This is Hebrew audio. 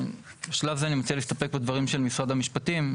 בשלב זה אני מציע להסתפק בדברים של משרד המשפטים.